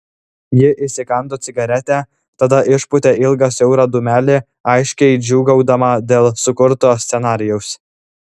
ji įsikando cigaretę tada išpūtė ilgą siaurą dūmelį aiškiai džiūgaudama dėl sukurto scenarijaus